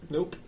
Nope